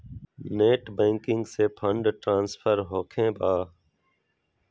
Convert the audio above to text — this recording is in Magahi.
नेट बैंकिंग से फंड ट्रांसफर होखें बा?